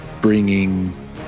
bringing